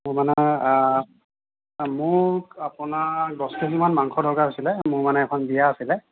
মানে মোক আপোনাৰ দহ কেজি মান মাংসৰ দৰকাৰ হৈছিল মোৰ মানে এখন বিয়া আছিল